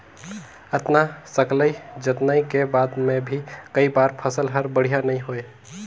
अतना सकलई जतनई के बाद मे भी कई बार फसल हर बड़िया नइ होए